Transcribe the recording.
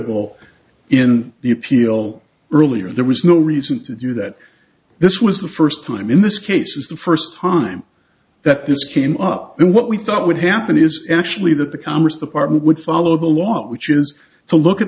pleasurable in the appeal earlier there was no reason to do that this was the first time in this case is the first time that this came up in what we thought would happen is actually that the commerce department would follow the law which is to look at